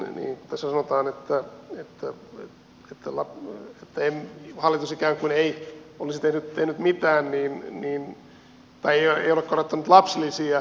tässä sanotaan että hallitus ikään kuin ei olisi tehnyt mitään tai ei ole korottanut lapsilisiä